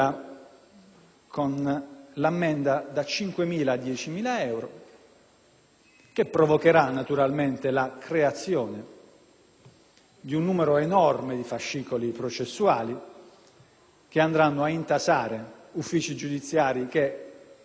che darà naturalmente luogo ad un numero enorme di fascicoli processuali, che andranno a loro volta ad intasare uffici giudiziari che, se Dio vuole, non ne avevano proprio bisogno e che non produrrà alcun effetto dissuasivo.